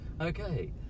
Okay